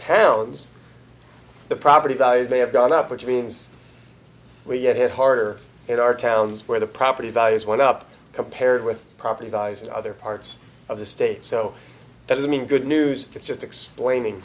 towns the property values may have gone up which means we get hit harder hit our towns where the property values went up compared with property dies and other parts of the state so that is mean good news it's just explaining